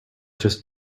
just